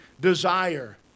desire